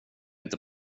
inte